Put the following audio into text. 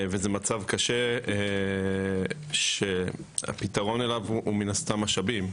וזה מצב קשה, והפתרון הוא מן הסתם משאבים.